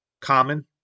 common